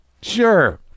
sure